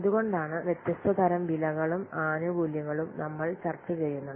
എന്തുകൊണ്ടാണ് വ്യത്യസ്ത തരം വിലകളും ആനുകൂല്യങ്ങളും നമ്മൾ ചർച്ച ചെയ്യുന്നത്